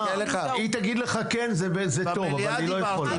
היא תגיד לך כן, זה טוב, אבל היא לא יכולה.